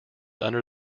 under